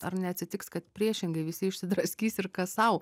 ar neatsitiks kad priešingai visi išsidraskys ir kas sau